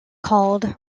called